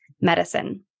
medicine